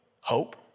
hope